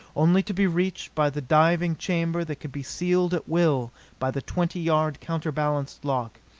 only to be reached by the diving chamber that could be sealed at will by the twenty-yard, counterbalanced lock,